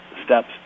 steps